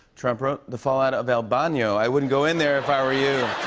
trump wrote. the fallout of el bano. i wouldn't go in there if i were you.